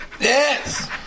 Yes